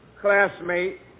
classmate